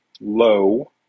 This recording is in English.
low